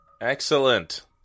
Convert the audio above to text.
Excellent